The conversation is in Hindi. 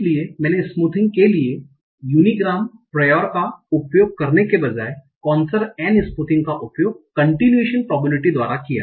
इसलिए मैंने स्मूथिंग के लिए यूनीग्राम प्रीओर्स का उपयोग करने के बजाय नेसर ने स्मूथिंग का उपयोग continuation probability द्वारा किया